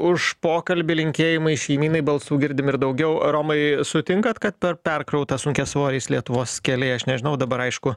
už pokalbį linkėjimai šeimynai balsų girdim ir daugiau romai sutinkat kad per perkrauta sunkiasvoriais lietuvos keliai aš nežinau dabar aišku